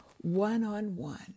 one-on-one